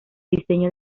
diseño